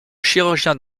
chirurgien